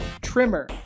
trimmer